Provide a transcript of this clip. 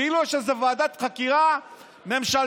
כאילו שזו ועדת חקירה ממשלתית,